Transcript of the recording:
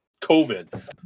COVID